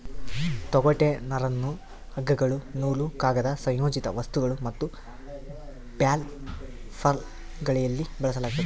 ತೊಗಟೆ ನರನ್ನ ಹಗ್ಗಗಳು ನೂಲು ಕಾಗದ ಸಂಯೋಜಿತ ವಸ್ತುಗಳು ಮತ್ತು ಬರ್ಲ್ಯಾಪ್ಗಳಲ್ಲಿ ಬಳಸಲಾಗ್ತದ